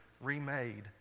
remade